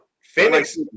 Phoenix